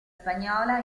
spagnola